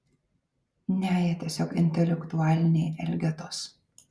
ne jie tiesiog intelektualiniai elgetos